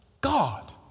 God